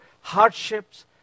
hardships